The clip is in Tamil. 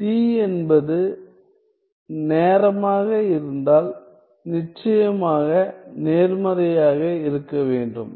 t என்பது நேரமாக இருந்தால் நிச்சயமாக நேர்மறையாக இருக்க வேண்டும்